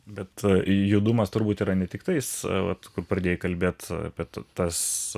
bet judumas turbūt yra ne tiktais vat kur pradėjai kalbėt apie tas